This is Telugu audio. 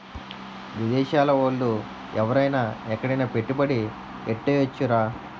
విదేశాల ఓళ్ళు ఎవరైన ఎక్కడైన పెట్టుబడి ఎట్టేయొచ్చురా